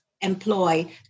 employ